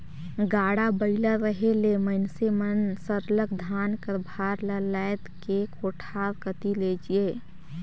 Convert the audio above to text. गाड़ा बइला रहें ले मइनसे मन सरलग धान कर भार ल लाएद के कोठार कती लेइजें